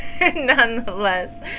Nonetheless